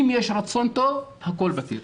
אם יש רצון טוב הכל פתיר.